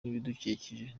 n’ibidukikije